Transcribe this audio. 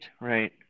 Right